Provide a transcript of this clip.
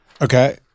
Okay